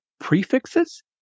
Prefixes